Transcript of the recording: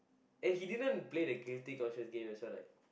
and he didn't play the guilty conscience thing as well like